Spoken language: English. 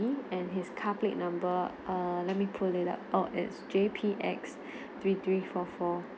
~by he and his car plate number err let me pull it up oh it's J P X three three four four